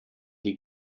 die